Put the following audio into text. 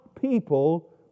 people